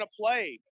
play